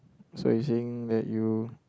so you're saying that you